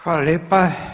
Hvala lijepa.